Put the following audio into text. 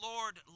Lord